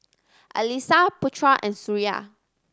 Alyssa Putra and Suria